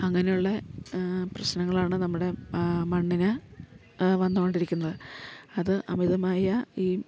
അങ്ങനെയുള്ള പ്രശ്നങ്ങളാണ് നമ്മുടെ മണ്ണിന് വന്നുകൊണ്ടിരിക്കുന്നത് അത് അമിതമായ ഈ